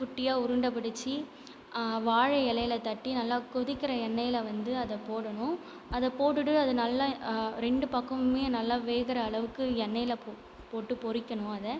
குட்டியாக உருண்டை பிடிச்சி வாழை இலையில் தட்டி நல்லா கொதிக்கின்ற எண்ணையில் வந்து அதை போடணும் அதை போட்டுகிட்டு அது நல்லா ரெண்டு பக்கமுமே நல்லா வேகிற அளவுக்கு எண்ணையில் போ போட்டு பொறிக்கணும் அதை